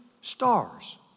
stars